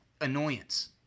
annoyance